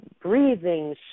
breathing